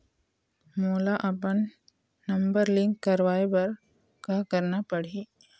मोला अपन number link करवाये बर का करना पड़ही?